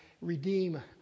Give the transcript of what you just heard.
redeem